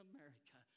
America